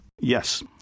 Yes